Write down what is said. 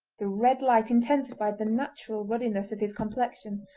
the red light intensified the natural ruddiness of his complexion,